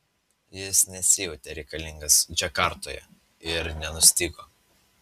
jis nesijautė reikalingas džakartoje ir nenustygo